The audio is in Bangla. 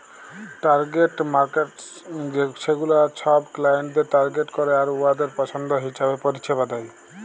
টার্গেট মার্কেটস ছেগুলা ছব ক্লায়েন্টদের টার্গেট ক্যরে আর উয়াদের পছল্দ হিঁছাবে পরিছেবা দেয়